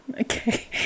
Okay